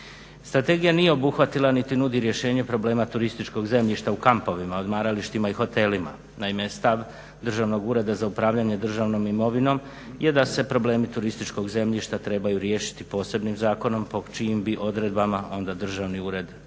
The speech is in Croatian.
Strategija nije obuhvatila niti nudi rješenja problema turističkog zemljišta u kampovima, odmaralištima i hotelima. Naime, stav Državnog ureda za upravljanje državnom imovinom je da se problemi turističkog zemljišta trebaju riješit posebnim zakonom po čijim bi odredbama onda državni ured postupao